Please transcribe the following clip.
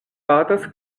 batas